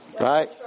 Right